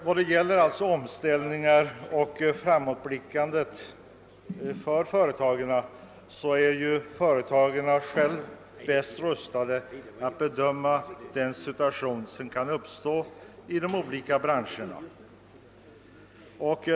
Vad gäller framtida omställningar är företagen själva bäst rustade att bedöma den situation som kan uppstå i olika branscher.